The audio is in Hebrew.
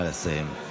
נא לסיים.